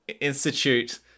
institute